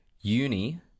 uni